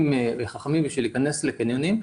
חכמים בשביל להיכנס לקניונים.